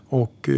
och